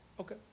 Okay